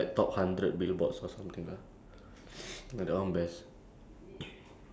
it's either ya for me it's either Reggaeton or like